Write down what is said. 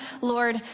Lord